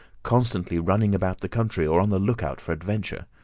constantly running about the country, or on the look-out for adventure.